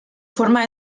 forma